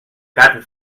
carn